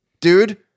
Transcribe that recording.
Dude